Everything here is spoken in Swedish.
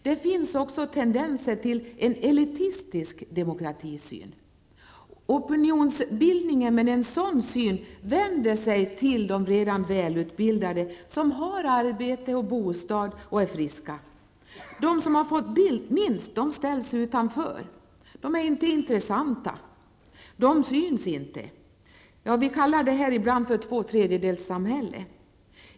Det finns också tendenser till en elitistisk demokratisyn. Med en sådan syn vänder sig opinionsbildningen till de redan välutbildade, som har arbete och bostad och som är friska. De som har fått minst utbildning ställs utanför. De är inte intressanta -- de syns inte. Vi kallar detta ibland för tvåtredjedelsamhället.